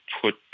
put